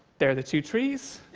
there are the two trees,